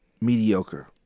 mediocre